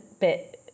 bit